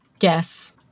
yes